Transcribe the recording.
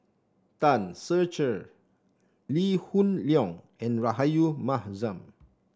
Tan Ser Cher Lee Hoon Leong and Rahayu Mahzam